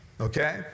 okay